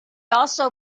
also